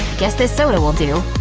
guess this soda will do.